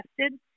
tested